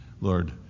Lord